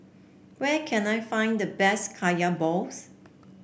where can I find the best Kaya Balls